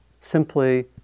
simply